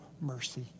mercy